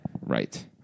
Right